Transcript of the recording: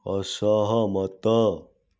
ଅସହମତ